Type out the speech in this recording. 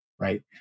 right